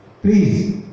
Please